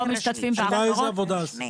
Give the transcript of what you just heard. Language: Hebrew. השאלה איזה עבודה עשית.